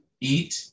eat